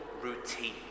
routine